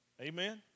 Amen